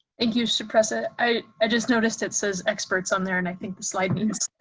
thank you, shpressa! i just noticed it says experts on there and i think the slide means.